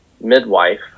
Midwife